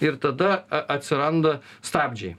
ir tada atsiranda stabdžiai